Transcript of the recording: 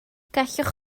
gallwch